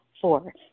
Four